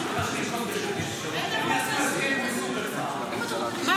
אם יעשו הסכם עם סופרפארם --- למה